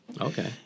Okay